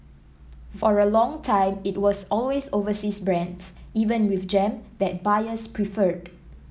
for a long time it was always overseas brands even with jam that buyers preferred